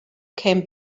came